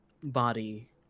body